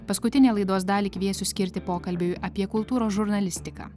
paskutinę laidos dalį kviesiu skirti pokalbiui apie kultūros žurnalistiką